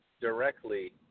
directly